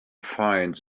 finds